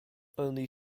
only